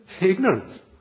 ignorance